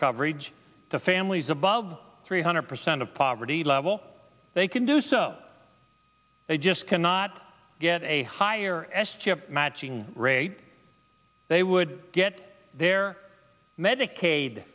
coverage to families above three hundred percent of poverty level they can do so they just cannot get a higher s chip matching rate they would get their medicaid